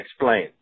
explain